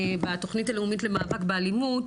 בתוכנית הלאומית למאבק באלימות,